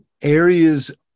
areas